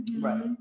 Right